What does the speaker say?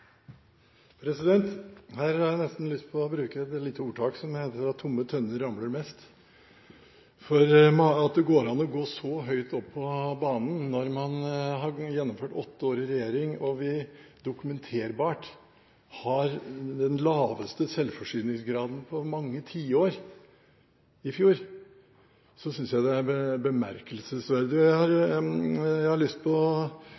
Her har jeg nesten lyst til å bruke et lite ordtak som sier at «tomme tønner ramler mest». For at det går an å gå så høyt på banen når man har gjennomført åtte år i regjering, og vi, dokumenterbart, i fjor hadde den laveste selvforsyningsgraden på mange tiår, det synes jeg er bemerkelsesverdig. Jeg har lyst til å snu på